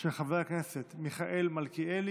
התשפ"א 2021, של חבר הכנסת מיכאל מלכיאלי.